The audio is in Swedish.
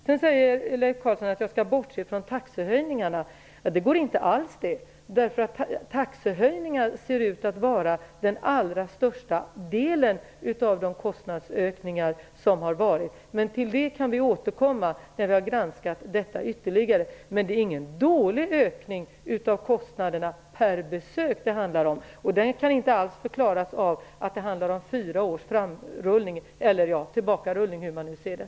Sedan säger Leif Carlson att jag skall bortse från taxehöjningarna. Det går inte alls. Taxehöjningar ser ut att vara den allra största delen av de kostnadsökningar som har varit. Men vi kan återkomma till det när vi har granskat detta ytterligare. Men det är ingen dålig ökning av kostnaderna per besök det handlar om. Och den kan inte alls förklaras av att det handlar om fyra års framrullning eller tillbakarullning, hur man nu ser det.